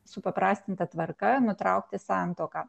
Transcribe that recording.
supaprastinta tvarka nutraukti santuoką